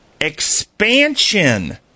expansion